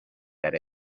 that